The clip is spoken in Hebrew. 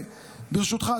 ברשותך,